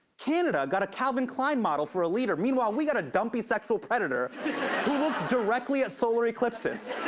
canada got a calvin klein model for a leader. meanwhile, we got a dumpy sexual predator who looks directly at solar eclipses.